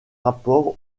rapport